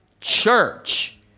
church